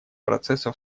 процесса